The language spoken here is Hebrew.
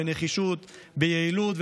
בנחישות וביעילות,